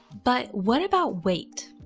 but what about weight?